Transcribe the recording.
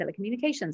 telecommunications